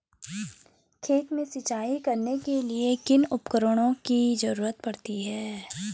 खेत में सिंचाई करने के लिए किन किन उपकरणों की जरूरत पड़ती है?